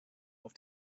auf